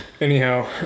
anyhow